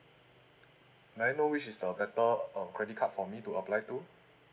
can I know which is the better uh credit card for me to apply to